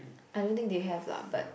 I don't think they have lah but